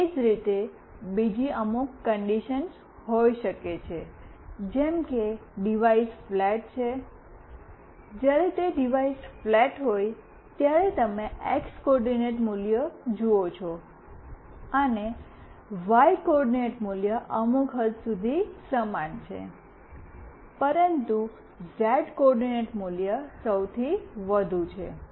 એ જ રીતેબીજી અમુક કન્ડિશન્સ હોઈ શકે છે જેમ કે ડીવાઈસ ફ્લેટ છે જ્યારે તે ડીવાઈસ ફ્લેટ હોય ત્યારે તમે એક્સ કોઓર્ડિનેટ મૂલ્ય જુઓ છો અને વાય કોઓર્ડિનેટ મૂલ્ય અમુક હદ સુધી સમાન છે પરંતુ ઝેડ કોઓર્ડિનેટ મૂલ્ય સૌથી વધુ છે